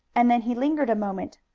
and then he lingered a moment,